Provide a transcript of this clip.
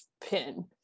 Pin